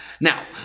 Now